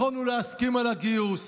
יכולנו להסכים על הגיוס.